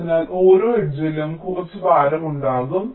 അതിനാൽ ഓരോ എഡ്ജിലും കുറച്ച് ഭാരം ഉണ്ടാകും